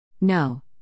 No